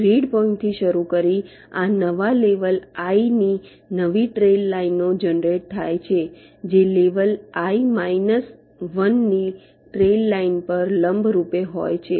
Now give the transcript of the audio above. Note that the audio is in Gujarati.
ગ્રીડ પોઈન્ટથી શરૂ કરીને આ નવા લેવલ i ની નવી ટ્રેઈલ લાઈનો જનરેટ થાય છે જે લેવલ i માઈનસ 1 ની ટ્રેઈલ લાઈન પર લંબરૂપ હોય છે